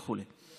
וכו'.